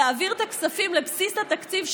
להעביר את הכספים לבסיס התקציב,